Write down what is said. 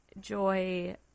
joy